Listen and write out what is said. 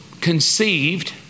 conceived